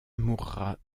mourra